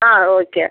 ஆ okay